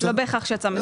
לא בהכרח יצא.